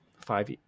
five